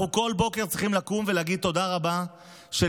כל בוקר אנחנו צריכים לקום ולהגיד תודה רבה שלארצות